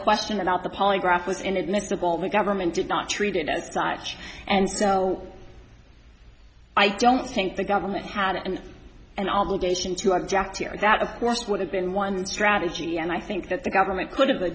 question about the polygraph was inadmissible the government did not treat it as such and so i don't think the government had it and an obligation to object to that of course would have been one strategy and i think that the government could have